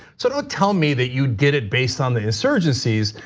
so don't tell me that you get it based on the insurgencies,